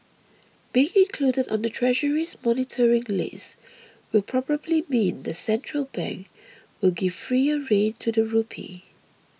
being included on the treasury's monitoring list will probably mean the central bank will give freer rein to the rupee